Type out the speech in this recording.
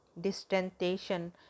distantation